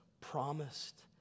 promised